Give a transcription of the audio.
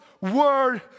word